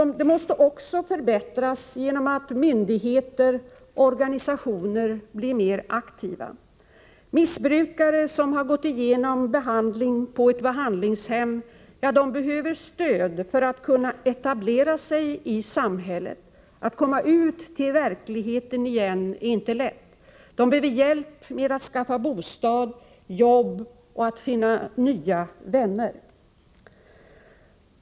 Den måste också förbättras genom att myndigheter och organisationer blir mer aktiva. Missbrukare som genomgått behandling på ett behandlingshem behöver stöd för att kunna etablera sig i samhället. Att komma ut till verkligheten igen är inte lätt. Man behöver hjälp för att kunna skaffa bostad, arbete och för att finna nya vänner.